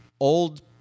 Old